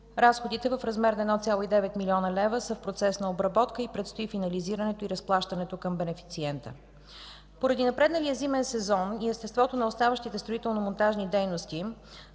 Разходите в размер на 1,9 млн. лв. са в процес на обработка и предстои финализирането и разплащането към бенефициента. Поради напредналия зимен сезон и естеството на оставащите строително-монтажни дейности,